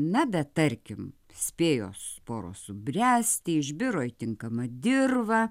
na bet tarkim spėjo sporos subręsti išbiro į tinkamą dirvą